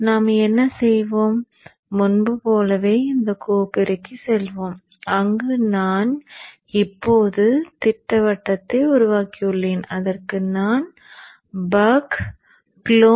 நாம் என்ன செய்வோம் முன்பு போலவே இந்த கோப்புறைக்கு செல்வோம் அங்கு நான் இப்போது திட்டவட்டத்தை உருவாக்கியுள்ளேன் அதற்கு நான் பக் closed